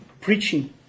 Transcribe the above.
preaching